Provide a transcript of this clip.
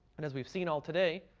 and as we've seen all today,